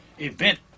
event